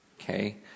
okay